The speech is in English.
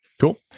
Cool